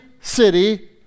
city